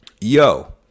Yo